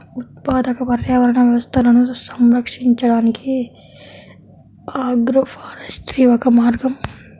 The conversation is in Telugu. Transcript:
ఉత్పాదక పర్యావరణ వ్యవస్థలను సంరక్షించడానికి ఆగ్రోఫారెస్ట్రీ ఒక మార్గం